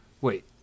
Wait